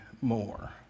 more